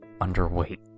underweight